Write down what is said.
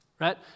right